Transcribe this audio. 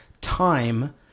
time